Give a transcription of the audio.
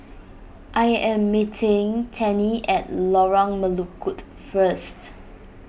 I am meeting Tennie at Lorong Melukut first